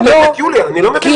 נו באמת, יוליה, אני לא מבין את זה.